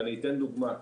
ואני אתן דוגמה.